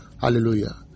Hallelujah